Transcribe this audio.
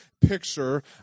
picture